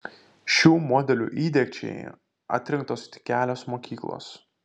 šių modelių įdiegčiai atrinktos tik kelios mokyklos